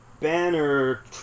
Banner